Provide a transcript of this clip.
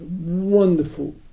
wonderful